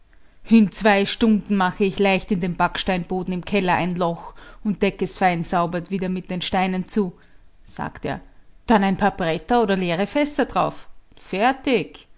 in zwei stunden mache ich leicht in dem backsteinboden im keller ein loch und deck es fein sauber wieder mit den steinen zu sagt er dann ein paar bretter oder leere fässer darauf fertig